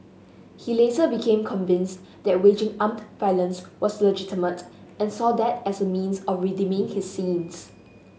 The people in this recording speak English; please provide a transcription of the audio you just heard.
he later became convinced that waging armed violence was legitimate and saw that as a means of redeeming his sins